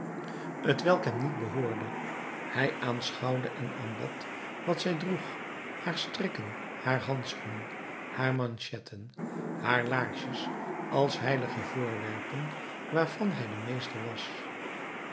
welk hem niet behoorde hij aanschouwde en aanbad wat zij droeg haar strikken haar handschoenen haar manchetten haar laarsjes als heilige voorwerpen waarvan hij de meester was